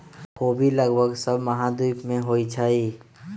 ख़ोबि लगभग सभ महाद्वीप में होइ छइ